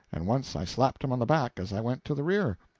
and once i slapped him on the back as i went to the rear.